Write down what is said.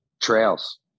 trails